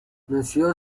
nació